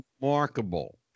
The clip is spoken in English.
remarkable